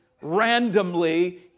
randomly